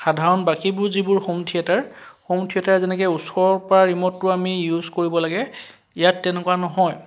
সাধাৰণ বাকীবোৰ যিবোৰ হোম থিয়েটাৰ হোম থিয়েটাৰ ওচৰৰ পৰা আমি যেনেকৈ ইউজ কৰিব লাগে ইয়াত তেনেকুৱা নহয়